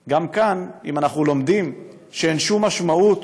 גם כאן, אם אנחנו לומדים שאין שום משמעות